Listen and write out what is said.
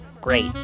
Great